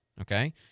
okay